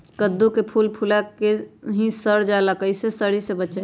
कददु के फूल फुला के ही सर जाला कइसे सरी से बचाई?